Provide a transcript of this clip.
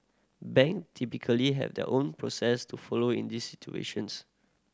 bank typically have their own process to follow in these situations